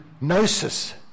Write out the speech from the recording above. gnosis